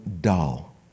dull